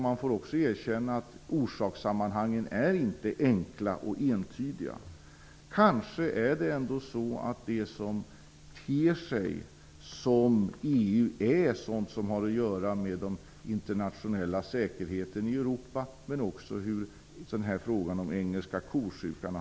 Man får också erkänna att orsakssammanhangen inte är enkla och entydiga. Kanske är det som ter sig som ett resultat av EU är sådant som har att göra med den internationella säkerheten i Europa men också hanteringen av frågan om den engelska kosjukan.